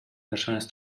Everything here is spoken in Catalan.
persones